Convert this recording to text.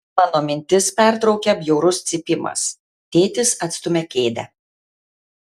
mano mintis pertraukia bjaurus cypimas tėtis atstumia kėdę